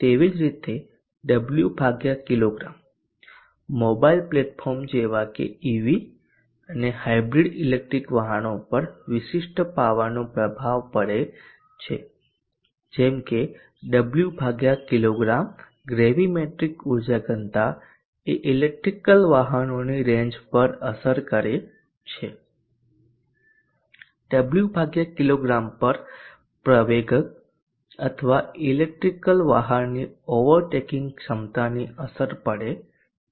તેવી જ રીતે ડબલ્યુ કિગ્રા મોબાઇલ પ્લેટફોર્મ જેવા કે ઇવી અને હાઇબ્રિડ ઇલેક્ટ્રિક વાહનો પર વિશિષ્ટ પાવરનો પ્રભાવ પડે છે જેમ કે ડબલ્યુ કિગ્રા ગ્રેવીમેટ્રિક ઉર્જા ઘનતા એ ઇલેક્ટ્રિક વાહનોની રેન્જ પર અસર કરે છે ડબલ્યુ કિગ્રા પર પ્રવેગક અથવા ઇલેક્ટ્રિક વાહનની ઓવરટેકિંગ ક્ષમતાની અસર પડે છે